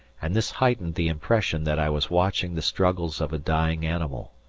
and this heightened the impression that i was watching the struggles of a dying animal.